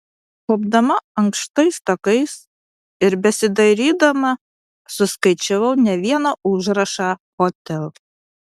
kopdama ankštais takais ir besidarydama suskaičiavau ne vieną užrašą hotel